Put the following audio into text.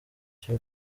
cyo